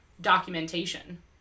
documentation